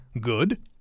good